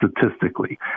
statistically